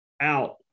out